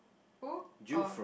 who oh